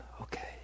Okay